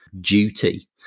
duty